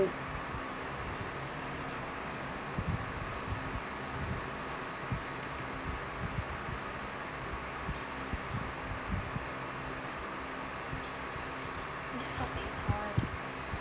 moving